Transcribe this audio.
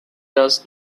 does